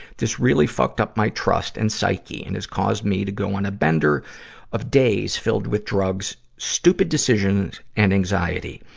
this really fucked up my trust and psyche, and has caused me to go on a bender of days filled with drugs, stupid decisions, and anxiety.